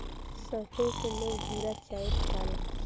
सौखीन से लोग भूरा चाउर खाले